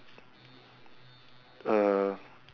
err